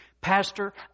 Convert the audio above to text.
Pastor